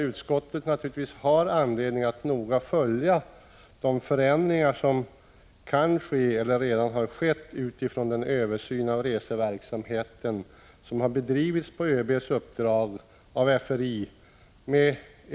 Utskottet har naturligtvis anledning att noga följa de förändringar i dessa frågor som kan ske eller redan har skett med utgångspunkt i den översyn av reseverksamheten som försvarets rationaliseringsinstitut, FRI, har bedrivit på ÖB:s uppdrag.